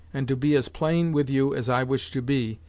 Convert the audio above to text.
and to be as plain with you as i wish to be,